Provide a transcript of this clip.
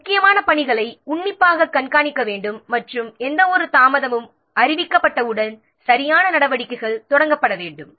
எனவே முக்கியமான பணிகளை உன்னிப்பாகக் கண்காணிக்க வேண்டும் மற்றும் எந்தவொரு தாமதமும் அறிவிக்கப்பட்டவுடன் சரியான நடவடிக்கைகள் தொடங்கப்பட வேண்டும்